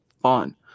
fun